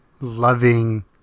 loving